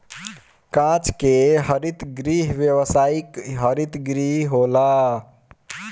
कांच के हरित गृह व्यावसायिक हरित गृह होला